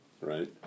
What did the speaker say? right